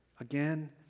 again